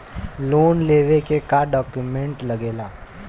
Loan लेवे के का डॉक्यूमेंट लागेला?